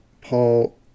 Paul